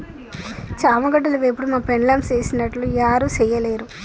చామగడ్డల వేపుడు మా పెండ్లాం సేసినట్లు యారు సెయ్యలేరు